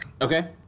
okay